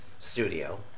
Studio